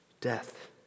death